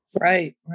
Right